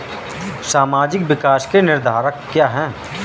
सामाजिक विकास के निर्धारक क्या है?